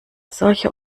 solche